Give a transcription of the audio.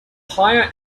higher